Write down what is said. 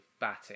batting